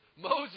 Moses